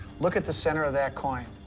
look at the center of that coin.